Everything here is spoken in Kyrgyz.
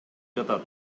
жатат